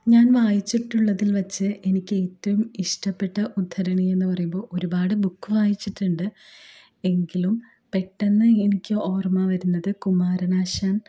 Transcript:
ഞാൻ വായിച്ചിട്ടുള്ളതിൽ വച്ച് എനിക്ക് ഏറ്റവും ഇഷ്ടപ്പെട്ട ഉദ്ധരണി എന്ന് പറയുമ്പോൾ ഒരുപാട് ബുക്ക് വായിച്ചിട്ടുണ്ട് എങ്കിലും പെട്ടെന്ന് എനിക്ക് ഓർമ്മ വരുന്നത് കുമാരനാശാൻ